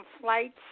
Flights